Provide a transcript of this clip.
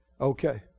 okay